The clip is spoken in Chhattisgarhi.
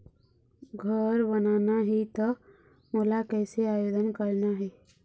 घर बनाना ही त मोला कैसे आवेदन करना हे?